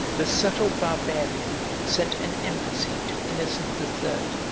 the subtle barbarian sent an embassy to innocent the third,